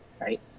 right